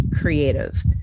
creative